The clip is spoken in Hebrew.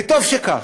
וטוב שכך.